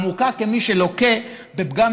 הוא מוקע כמי שלוקה בפגם